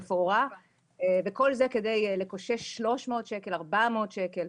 כל זה כדי לקושש 300 400 שקלים.